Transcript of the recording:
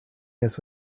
this